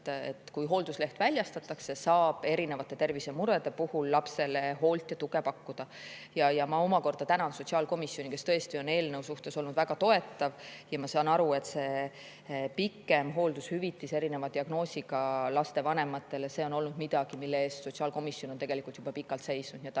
kui hooldusleht väljastatakse, siis saab erinevate tervisemurede korral lapsele hoolt ja tuge pakkuda. Omakorda tänan sotsiaalkomisjoni, kes tõesti on eelnõu suhtes olnud väga toetav. Ma saan aru, et see pikem hooldushüvitis erineva diagnoosiga laste vanematele on midagi, mille eest sotsiaalkomisjon on tegelikult juba kaua seisnud. Nii et